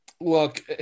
look